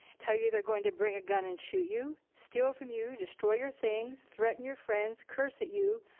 tell you they're going to bring a gun and shoot you, steal from you, destroy your things, threaten your friends, curse at you,